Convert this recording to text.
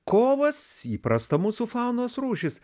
kovas įprasta mūsų faunos rūšis